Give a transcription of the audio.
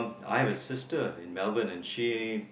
I have a sister in Melbourne and she